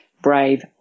brave